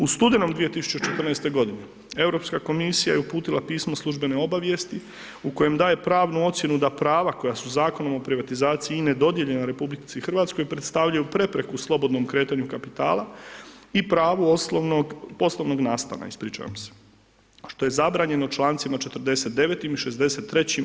U studenom 2014. godine Europska komisija je uputila pismo službene obavijesti u kojem daje pravnu ocjenu da prava koja su Zakonom o privatizaciji dodijeljena RH predstavljaju prepreku slobodnom kretanju kapitala i pravu oslovnog, poslovnog nastana ispričavam se, što je zabranjeno člancima 49. i 63.